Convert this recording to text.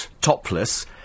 topless